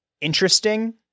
interesting